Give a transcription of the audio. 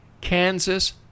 Kansas